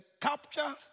capture